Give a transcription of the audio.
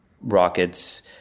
rockets